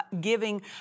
giving